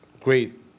great